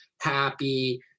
happy